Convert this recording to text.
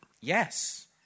Yes